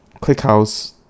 ClickHouse